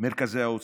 מרכזי העוצמה.